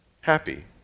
happy